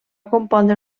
compondre